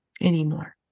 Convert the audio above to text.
anymore